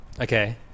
Okay